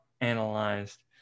analyzed